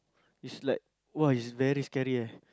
is like !wah! it's very scary eh